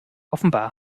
offenbar